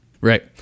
Right